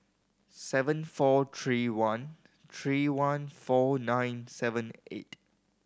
seven four three one three one four nine seven eight